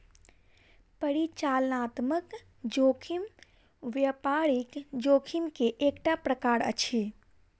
परिचालनात्मक जोखिम व्यापारिक जोखिम के एकटा प्रकार अछि